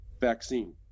vaccine